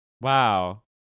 wow